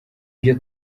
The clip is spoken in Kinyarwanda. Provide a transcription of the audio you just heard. byo